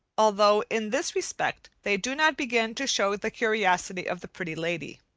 although in this respect they do not begin to show the curiosity of the pretty lady.